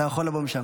אתה יכול לבוא משם.